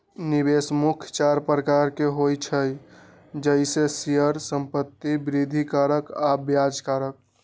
निवेश मुख्य चार प्रकार के होइ छइ जइसे शेयर, संपत्ति, वृद्धि कारक आऽ ब्याज कारक